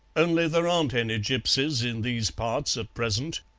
only there aren't any gipsies in these parts at present.